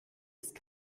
ist